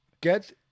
get